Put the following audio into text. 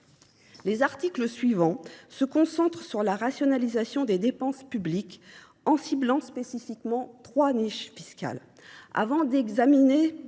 Les articles suivants ont pour objet la rationalisation des dépenses publiques : ils ciblent spécifiquement trois niches fiscales. Avant d’examiner